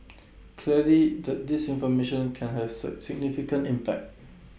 clearly the disinformation can have significant impact